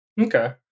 Okay